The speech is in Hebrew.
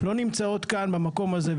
לא נמצאות כאן במקום הזה,